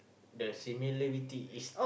the similarity is